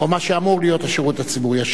או מה שאמור להיות השירות הציבורי.